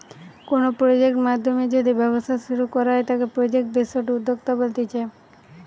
কোনো প্রজেক্ট নাধ্যমে যদি ব্যবসা শুরু করা হয় তাকে প্রজেক্ট বেসড উদ্যোক্তা বলতিছে